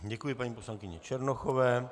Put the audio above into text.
Děkuji paní poslankyni Černochové.